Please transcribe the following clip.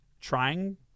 trying